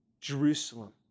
Jerusalem